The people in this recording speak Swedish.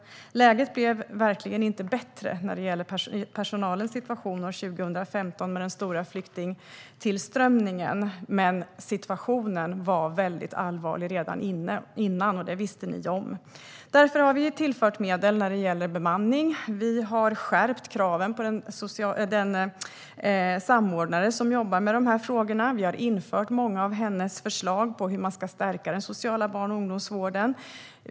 Läget blev verkligen inte bättre för personalens situation 2015 med den stora flyktingtillströmningen. Men situationen var väldigt allvarlig redan före den, och det visste ni om. Därför har vi tillfört medel till bemanning. Vi har skärpt kraven på den samordnare som jobbar med dessa frågor. Vi har infört många av hennes förslag till hur man ska stärka den sociala barn och ungdomsvården.